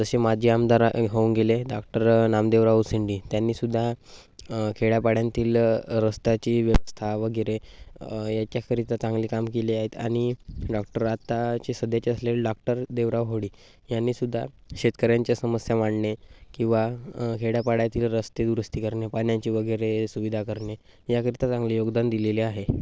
जसे माजी आमदार होऊन गेले डॉक्टर नामदेवराव उसेंडी त्यांनीसुद्धा खेड्यापाड्यांतील रस्त्याची व्यवस्था वगैरे याच्याकरिता चांगले काम केले आहेत आणि डॉक्टर आत्ताचे सध्याचे असलेले डॉक्टर देवराव होळी यांनीसुद्धा शेतकऱ्यांच्या समस्या मांडणे किंवा खेड्यापाड्यातील रस्ते दुरुस्ती करणे पाण्याची वगैरे सुविधा करणे याकरिता चांगले योगदान दिलेले आहे